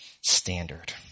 standard